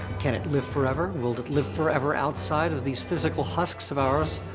can it live forever? will it live forever, outside of these physical husks of ours,